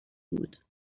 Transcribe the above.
بود